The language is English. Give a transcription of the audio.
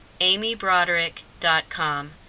amybroderick.com